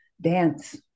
dance